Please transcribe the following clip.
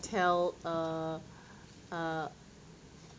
tell uh uh